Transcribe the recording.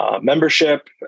membership